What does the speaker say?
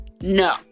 no